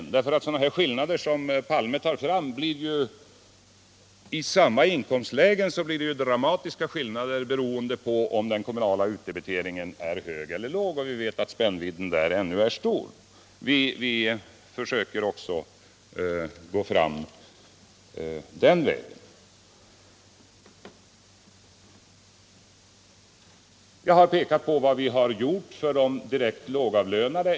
När det gäller sådana skillnader som herr Palme tar fram blir det ju i samma inkomstlägen dramatiska skatteskillnader beroende på om den kommunala utdebiteringen är hög eller låg. Vi vet ju att spännvidden där ännu är stor. Vi försöker också gå fram den vägen. Jag har pekat på vad vi har gjort för de direkt lågavlönade.